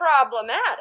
problematic